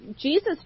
Jesus